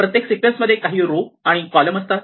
प्रत्येक सिक्वेन्स मध्ये काही रो आणि कॉलम असतात